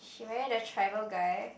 she marry the tribal guy